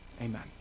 Amen